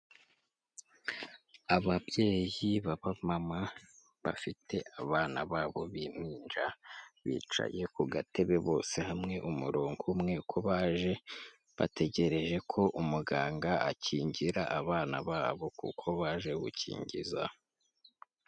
Ababyeyi b'abamama bafite abana babo b'impinja, bicaye ku gatebe bose hamwe umurongo umwe uko baje, bategereje ko umuganga akingira abana babo kuko baje gukingiza.